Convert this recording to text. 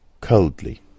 Coldly